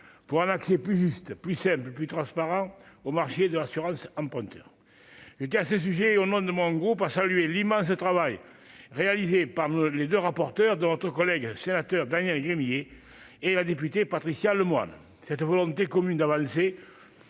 pour un accès plus juste, plus simple, plus transparent au marché de l'assurance emprunteur, hé bien à ce sujet au nom de mon groupe, a salué l'immense travail réalisé par les 2 rapporteurs de notre collègue sénateur Daniel Gagnier et la députée Patricia Lemoine cette volonté commune d'avancer.